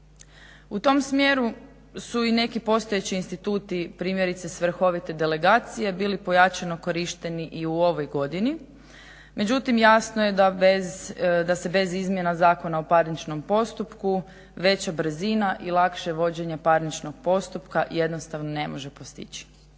U tom smjeru su i neki postojeći instituti, primjerice svrhovite delegacije bili pojačano korišteni i u ovoj godini međutim jasno je da se bez izmjena Zakona o parničnom postupku veća brzina i lakše vođenje parničnog postupka jednostavno ne može postići.